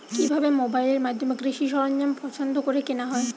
কিভাবে মোবাইলের মাধ্যমে কৃষি সরঞ্জাম পছন্দ করে কেনা হয়?